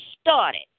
started